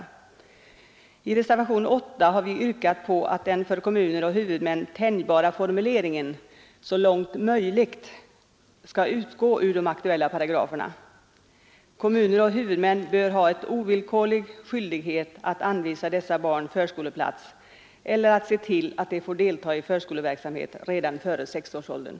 I reservation 8 har vi yrkat att denna för kommuner och huvudmän tänjbara formulering skall utgå ur de aktuella paragraferna. Kommuner och huvudmän bör ha en ovillkorlig skyldighet att anvisa dessa barn förskoleplats eller att se till att de får delta i förskoleverksamhet redan före sexårsåldern.